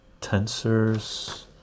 tensors